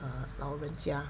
err 老人家